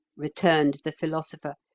returned the philosopher,